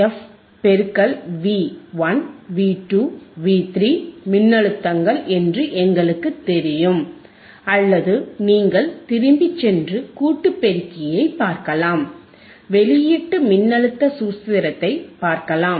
F பெருக்கல் V 1 V 2 V 3 மின்னழுத்தங்கள் என்று எங்களுக்குத் தெரியும் அல்லது நீங்கள் திரும்பிச் சென்று கூட்டு பெருக்கியைப் பார்க்கலாம் வெளியீட்டு மின்னழுத்த சூத்திரத்தை பார்க்கலாம்